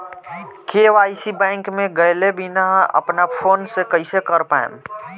KYC bank मे गएले बिना अपना फोन से कइसे कर पाएम?